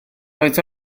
faint